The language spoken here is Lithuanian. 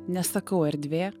nesakau erdvė